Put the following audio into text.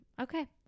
okay